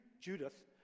Judith